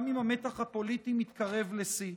גם אם המתח הפוליטי מתקרב לשיא.